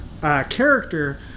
character